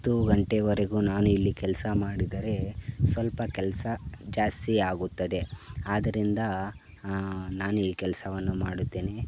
ಒಂಬತ್ತು ಗಂಟೆವರೆಗು ನಾನು ಇಲ್ಲಿ ಕೆಲಸ ಮಾಡಿದರೆ ಸ್ವಲ್ಪ ಕೆಲಸ ಜಾಸ್ತಿ ಆಗುತ್ತದೆ ಆದ್ರಿಂದ ನಾನು ಈ ಕೆಲಸವನ್ನು ಮಾಡುತ್ತೇನೆ